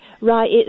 Right